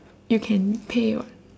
you can pay [what]